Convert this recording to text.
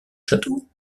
château